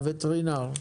הווטרינר.